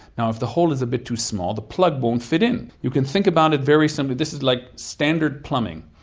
if the hole is a bit too small the plug won't fit in. you can think about it very simply, this is like standard plumbing.